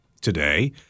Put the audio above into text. today